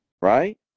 right